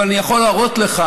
אבל אני יכול להראות לך,